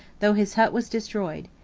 though his hut was destroyed.